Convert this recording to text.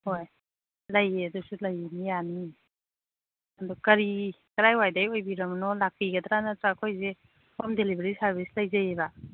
ꯊꯣꯏ ꯂꯩꯌꯦ ꯑꯗꯨꯁꯨ ꯂꯩꯅꯤ ꯌꯥꯅꯤ ꯑꯗꯨ ꯀꯔꯤ ꯀꯗꯥꯏꯋꯥꯏꯗꯩ ꯑꯣꯏꯕꯤꯔꯕꯅꯣ ꯂꯥꯛꯄꯤꯒꯗ꯭ꯔ ꯅꯠꯇ꯭ꯔꯒ ꯑꯩꯈꯣꯏꯁꯦ ꯍꯣꯝ ꯗꯤꯂꯤꯕꯔꯤ ꯁꯥꯔꯕꯤꯁ ꯂꯩꯖꯩꯌꯦꯕ